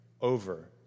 over